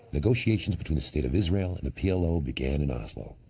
negotiations between the state of israel and the plo began in oslo.